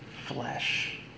flesh